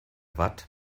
watt